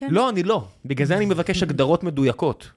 לא, אני לא. בגלל זה אני מבקש הגדרות מדויקות.